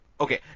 okay